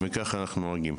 כך אנחנו נוהגים.